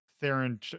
Theron